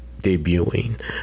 debuting